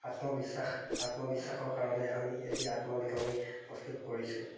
আত্মবিশ্বাস আত্মবিশ্বাসৰ কাৰণে আমি এটি আত্মলিখনি প্ৰস্তুত কৰিছোঁ